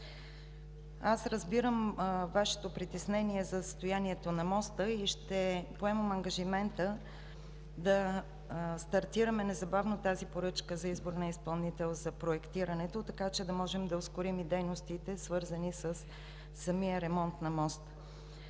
Разбирам Вашето притеснение за състоянието на моста и поемам ангажимента да стартираме незабавно тази поръчка за избор на изпълнител за проектирането, така че да можем да ускорим и дейностите, свързани със самия ремонт на моста.